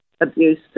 abuse